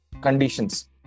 conditions